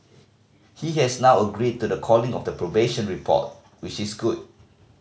he has now agreed to the calling of the probation report which is good